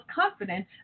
confident